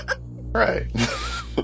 Right